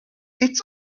its